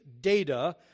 data